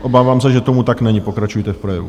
Obávám se, že tomu tak není, pokračujte v projevu.